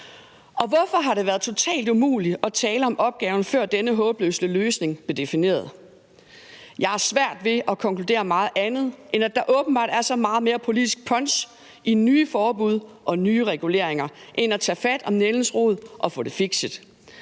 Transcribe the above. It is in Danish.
Og hvorfor har det været helt umuligt at tale om opgaven, før denne håbløse løsning blev defineret? Jeg har svært ved at konkludere meget andet, end at der åbenbart er så meget mere politisk punch i nye forbud og nye reguleringer end i at tage fat om nældens rod og få det fikset.